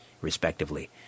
respectively